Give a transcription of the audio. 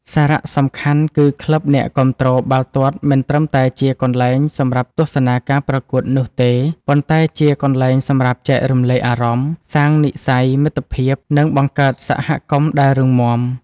សារសំខាន់ គឺក្លឹបអ្នកគាំទ្របាល់ទាត់មិនត្រឹមតែជាកន្លែងសម្រាប់ទស្សនាការប្រកួតនោះទេ ប៉ុន្តែជាកន្លែងសម្រាប់ចែករំលែកអារម្មណ៍ សាងនិស្ស័យមិត្តភាព និងបង្កើតសហគមន៍ដែលរឹងមាំ។